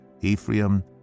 Ephraim